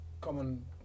common